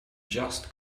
just